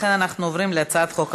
לכן, אנחנו עוברים להצעת החוק הבאה: